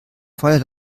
voller